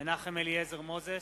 מנחם אליעזר מוזס,